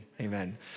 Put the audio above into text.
Amen